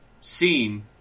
seen